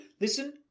listen